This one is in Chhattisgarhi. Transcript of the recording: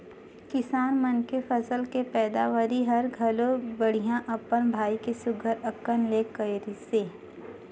किसान मन के फसल के पैदावरी हर घलो बड़िहा अपन भाई के सुग्घर अकन ले करिसे